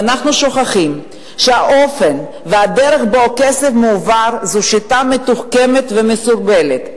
ואנחנו שוכחים שהאופן והדרך שבהם הכסף מועבר הם שיטה מתוחכמת ומסורבלת.